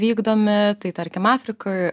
vykdomi tai tarkim afrikoj